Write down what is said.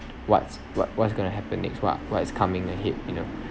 what's what what's going to happen next what what's coming ahead you know